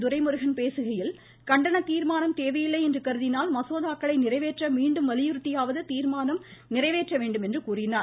துரைமுருகன் பேசுகையில் கண்டன தீர்மானம் தேவையில்லை என்று கருதினால் மசோதாக்களை நிறைவேற்ற மீண்டும் வலியுறுத்தியாவது தீர்மானம் நிறைவேந்ற வேண்டும் என்றார்